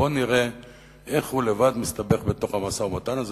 בוא נראה איך הוא לבד מסתבך בתוך המשא-ומתן הזה,